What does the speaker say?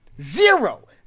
Zero